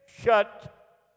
shut